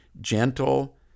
gentle